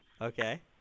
Okay